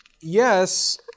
yes